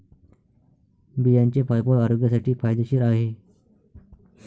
बियांचे फायबर आरोग्यासाठी फायदेशीर आहे